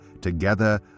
Together